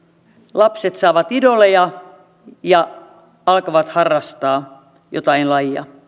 lapset saavat idoleja ja alkavat harrastaa jotain lajia